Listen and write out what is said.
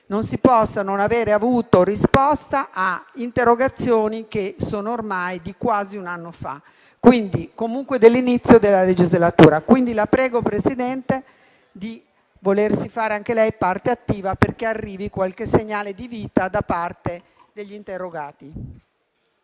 non si possa non aver avuto risposta a interrogazioni che sono ormai di quasi un anno fa o comunque dell'inizio della legislatura. La prego, Presidente, di volersi fare anche lei parte attiva affinché arrivi qualche segnale di vita da parte degli interrogati.